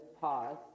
pause